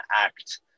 act